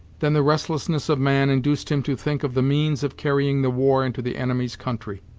than the restlessness of man induced him to think of the means of carrying the war into the enemy's country.